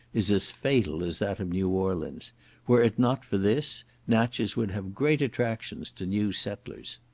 is as fatal as that of new orleans were it not for this, natches would have great attractions to new settlers.